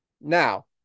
Now